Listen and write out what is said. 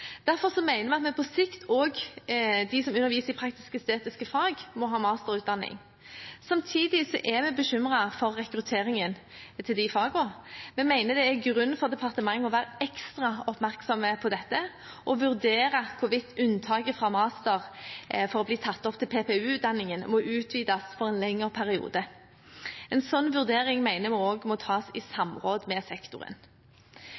Derfor mener vi at på sikt må også de som skal undervise i praktisk-estetiske fag, ha masterutdanning. Samtidig er vi bekymret for rekrutteringen til disse fagene. Vi mener det er grunn for departementet til å være ekstra oppmerksom på dette og vurdere hvorvidt unntaket fra master for å bli tatt opp til PPU-utdanningen må utvides for en lengre periode. En slik vurdering mener vi må tas i